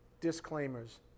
disclaimers